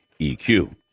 EQ